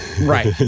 Right